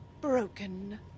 broken